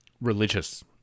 religious